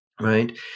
Right